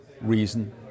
reason